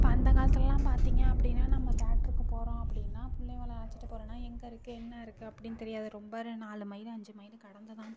இப்போ அந்த காலத்தில் எல்லாம் பார்த்திங்க அப்படினா நம்ம தேட்ருக்கு போறோம் அப்படினா பிள்ளைங்கள அழைச்சிட்டு போறோம்னால் எங்கே இருக்குது என்ன இருக்குது அப்படினு தெரியாது ரொம்ப நாலு மயிலு அஞ்சு மயிலு கடந்து தான்